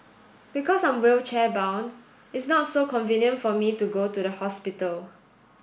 because I'm wheelchair bound it's not so convenient for me to go to the hospital